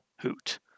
hoot